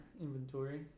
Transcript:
inventory